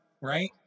right